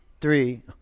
three